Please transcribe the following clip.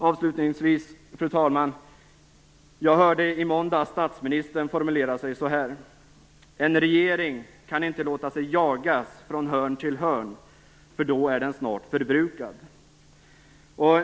Avslutningsvis, fru talman, hörde jag i måndags statsministern formulera sig så här: En regering kan inte låta sig jagas från hörn till hörn, för då är den snart förbrukad.